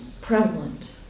prevalent